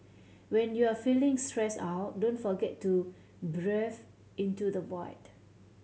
when you are feeling stressed out don't forget to breathe into the void